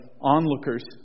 onlookers